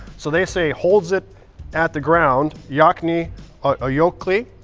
so they say holds it at the ground, yaakni aayokli.